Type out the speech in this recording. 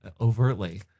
overtly